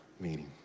meaning